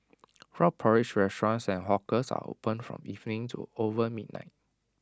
frog porridge restaurants and hawkers are opened from evening to over midnight